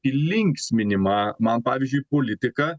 į linksminimą man pavyzdžiui politika